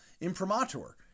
imprimatur